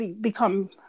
become